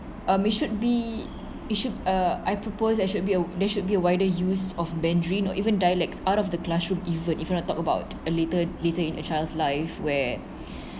um it should be it should uh I propose that should be a there should be a wider use of mandarin or even dialects out of the classroom even if you want to talk about a little later in a child's life where